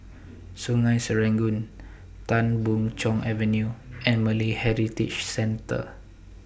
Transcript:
Sungei Serangoon Tan Boon Chong Avenue and Malay Heritage Centre